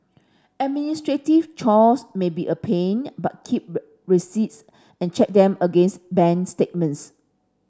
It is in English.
administrative chores may be a pain but keep receipts and check them against bank statements